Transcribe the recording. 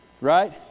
right